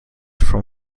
from